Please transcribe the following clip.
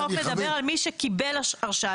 החוק מדבר על מי שקיבל הרשאה למרעה.